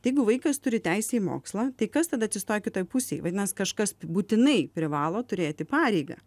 tai jeigu vaikas turi teisę į mokslą tai kas tada atsistoja kitoj pusėj vadinasi kažkas būtinai privalo turėti pareigą